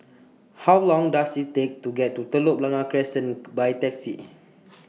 How Long Does IT Take to get to Telok Blangah Crescent By Taxi